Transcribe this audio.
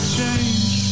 change